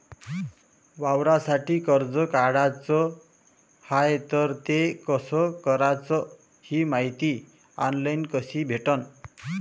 वावरासाठी कर्ज काढाचं हाय तर ते कस कराच ही मायती ऑनलाईन कसी भेटन?